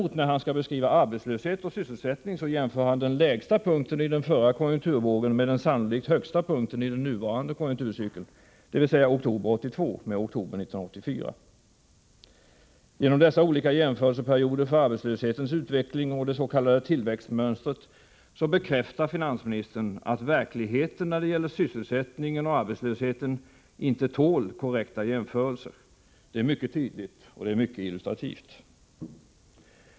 När han däremot skall beskriva arbetslöshet och sysselsättning jämför han den lägsta punkten i den förra konjunkturvågen med den sannolikt högsta punkten i den nuvarande konjunkturcykeln, dvs. oktober 1982 med oktober 1984. Genom att utgå från dessa olika jämförelseperioder för arbetslöshetens utveckling och det s.k. tillväxtmönstret, bekräftar finansministern att verkligheten när det gäller sysselsättningen och arbetslösheten inte tål korrekta jämförelser. Det är mycket tydligt, och det är mycket illustrativt.